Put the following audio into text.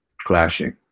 clashing